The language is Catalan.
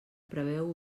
preveu